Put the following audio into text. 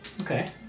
Okay